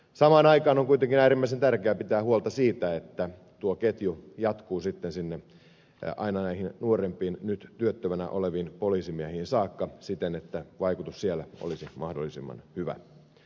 samaan aikaan on kuitenkin äärimmäisen tärkeää pitää huolta siitä että tuo ketju jatkuu aina näihin nuorempiin nyt työttömänä oleviin poliisimiehiin saakka siten että vaikutus siellä olisi mahdollisimman hyvä